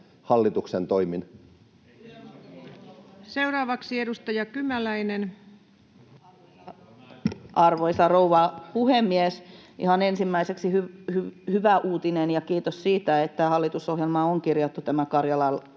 talousarvioksi vuodelle 2024 Time: 17:19 Content: Arvoisa rouva puhemies! Ihan ensimmäiseksi hyvä uutinen ja kiitos siitä, että hallitusohjelmaan on kirjattu tämä Karjalan